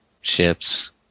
ships